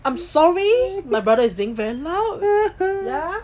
I'm sorry my brother is being very loud